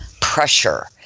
pressure